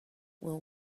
will